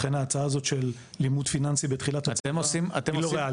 לכן ההצעה הזאת של לימוד פיננסי בתחילת הצבא לא ריאלית.